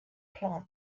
plant